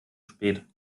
spät